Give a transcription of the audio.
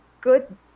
good